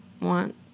want